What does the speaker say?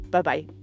Bye-bye